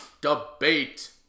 Debate